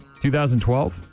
2012